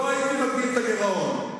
לא הייתי מגדיל את הגירעון,